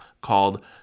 called